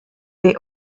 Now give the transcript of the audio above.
they